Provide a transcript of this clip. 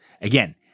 again